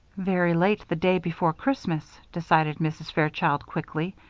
very late the day before christmas, decided mrs. fairchild, quickly,